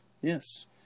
Yes